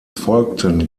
folgten